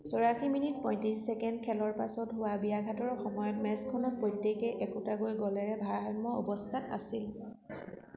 চৌৰাশী মিনিট পয়ত্ৰিছ ছেকেণ্ড খেলাৰ পাছত হোৱা ব্যাঘাতৰ সময়ত মেচখনত প্ৰত্যেকেই একোটাকৈ গ'লেৰে ভাৰসাম্য অৱস্থাত আছিল